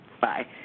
Bye